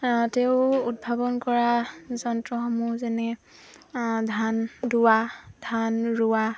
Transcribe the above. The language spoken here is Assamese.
তেওঁ উদ্ভাৱন কৰা যন্ত্ৰসমূহ যেনে ধান দোৱা ধান ৰোৱা